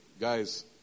guys